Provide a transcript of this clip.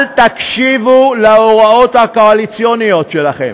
אל תקשיבו להוראות הקואליציוניות שלכם.